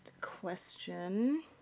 question